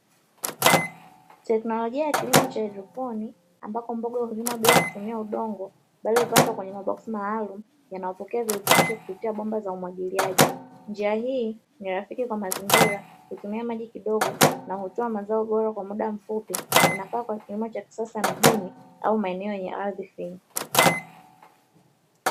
Teknolojia ya kilimo cha haidroponi ambapo mboga hulimwa bila kutumia udongo bali hupandwa kwenye maboksi maalumu yanayopokea virutubisho kupitia bomba za umwagiliaji. Njia hii ni rafiki kwa mazingira, hutumia maji kidogo na hutoa mazao bora kwa mda mfupi. Inafaa kwa kilimo cha kisasa mjini au maeneo yenye ardhi finyu.